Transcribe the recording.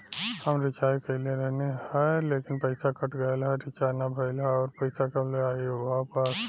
हम रीचार्ज कईले रहनी ह लेकिन पईसा कट गएल ह रीचार्ज ना भइल ह और पईसा कब ले आईवापस?